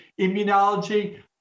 immunology